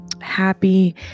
happy